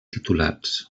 titulats